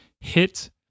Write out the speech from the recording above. hit